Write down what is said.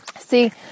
See